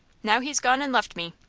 now he's gone and left me.